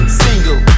single